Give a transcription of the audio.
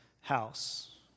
house